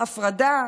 הפרדה?